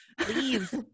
Please